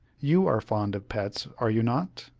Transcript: you are fond of pets, are you not?